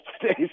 today